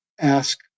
Ask